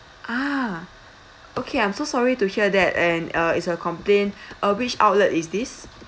ah okay I'm so sorry to hear that and uh it's a complaint uh which outlet is this